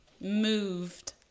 moved